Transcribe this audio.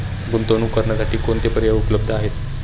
गुंतवणूक करण्यासाठी कोणते पर्याय उपलब्ध आहेत?